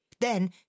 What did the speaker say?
Then